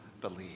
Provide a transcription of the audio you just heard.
believe